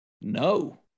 No